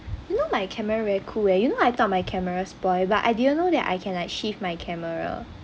you know my camera very cool eh you know I thought my camera spoil but I didn't know that I can like shift my camera